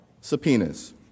subpoenas